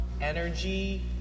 energy